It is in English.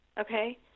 Okay